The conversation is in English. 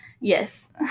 Yes